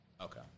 Okay